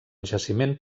jaciment